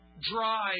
dry